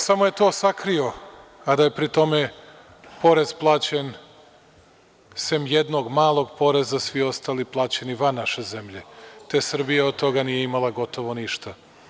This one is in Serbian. Samo je to sakrio, a da je pri tome porez plaćen, sem jednog malog poreza, svi ostali plaćeni van naše zemlje, te Srbija od toga nije imala gotovo ništa.